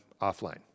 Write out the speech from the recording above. offline